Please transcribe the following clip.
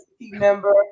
member